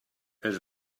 els